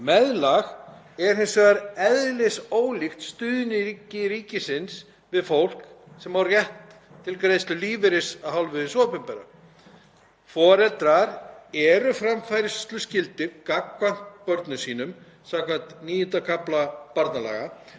Foreldrar eru framfærsluskyldir gagnvart börnum sínum samkvæmt IX. kafla barnalaga til að tryggja sem best hagsmuni barnsins. Það samræmist ekki jafnræðisreglu að mismuna börnum